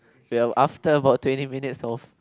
well after about twenty minutes of